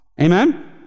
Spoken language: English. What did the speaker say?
Amen